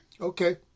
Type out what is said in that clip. Okay